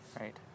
right